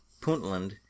Puntland